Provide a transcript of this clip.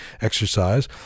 exercise